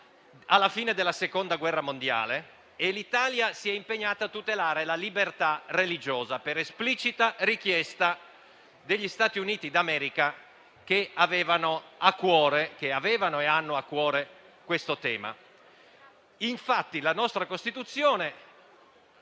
alla fine della Seconda guerra mondiale e l'Italia si è impegnata a tutelare la libertà religiosa per esplicita richiesta degli Stati Uniti d'America, che avevano e hanno a cuore questo tema. Infatti, la nostra Costituzione